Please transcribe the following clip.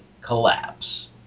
collapse